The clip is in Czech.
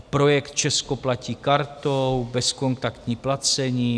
Projekt Česko platí kartou, bezkontaktní placení.